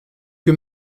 que